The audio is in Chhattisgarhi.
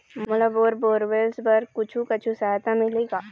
मोला बोर बोरवेल्स बर कुछू कछु सहायता मिलही का?